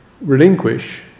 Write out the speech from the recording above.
relinquish